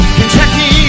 Kentucky